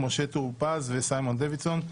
משה טור פז וסימון דוידסון.